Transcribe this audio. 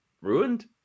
ruined